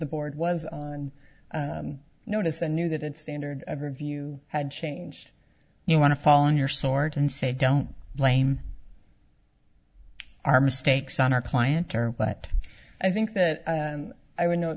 the board was on notice and knew that its standard of review had changed you want to fall on your sword and say don't blame our mistakes on our client terms but i think that i would know